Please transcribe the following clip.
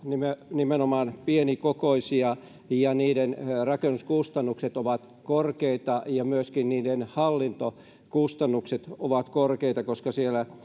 nimenomaan pienikokoisia ja niiden rakennuskustannukset ovat korkeita ja myöskin niiden hallintokustannukset ovat korkeita koska siellä